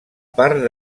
part